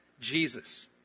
jesus